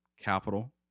capital